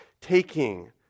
taking